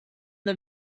the